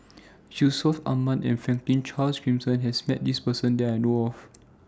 Yusman Aman and Franklin Charles Gimson has Met This Person that I know of